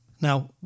Now